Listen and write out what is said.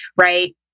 right